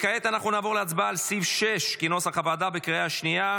כעת אנחנו נעבור להצבעה על סעיף 6 כנוסח הוועדה בקריאה שנייה.